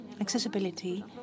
accessibility